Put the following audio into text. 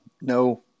no